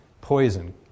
Poison